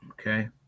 Okay